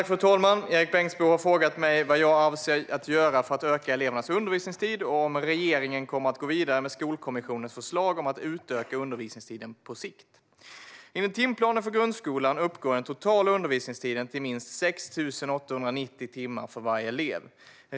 Fru talman! Erik Bengtzboe har frågat mig vad jag avser att göra för att öka elevernas undervisningstid och om regeringen kommer att gå vidare med Skolkommissionens förslag om att utöka undervisningstiden på sikt. Enligt timplanen för grundskolan uppgår den totala undervisningstiden till minst 6 890 timmar för varje elev.